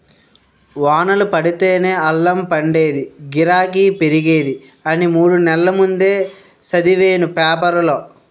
వానలు పడితేనే అల్లం పండేదీ, గిరాకీ పెరిగేది అని మూడు నెల్ల ముందే సదివేను పేపరులో